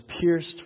pierced